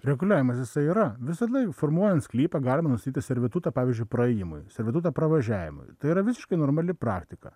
reguliavimas jisai yra visada formuojant sklypą galima nustatyti servitutą pavyzdžiui praėjimui servitutą pravažiavimui tai yra visiškai normali praktika